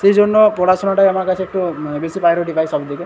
সেই জন্য পড়াশোনাটাই আমার কাছে একটু বেশি প্রায়োরিটি পায় সব থেকে